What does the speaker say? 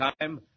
time